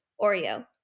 Oreo